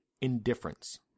indifference